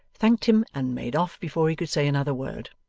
thanked him, and made off before he could say another word.